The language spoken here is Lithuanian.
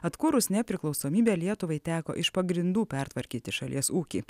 atkūrus nepriklausomybę lietuvai teko iš pagrindų pertvarkyti šalies ūkį